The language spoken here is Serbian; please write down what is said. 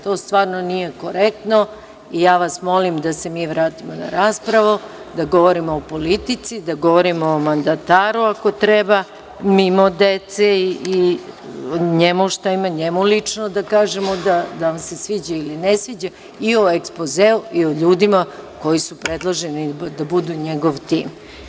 To stvarno nije korektno i ja vas molim da se mi vratimo na raspravu, da govorimo o politici, da govorimo o mandataru ako treba, mimo dece i njemu šta imamo lično da kažemo, da li nam se sviđa ili ne sviđa i o ekspozeu i o ljudima koji su predloženi da budu njegov tim.